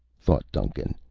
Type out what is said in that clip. thought duncan.